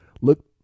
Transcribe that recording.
look